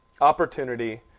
opportunity